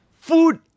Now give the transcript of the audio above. food